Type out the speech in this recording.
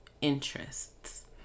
interests